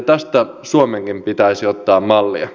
tästä suomenkin pitäisi ottaa mallia